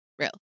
real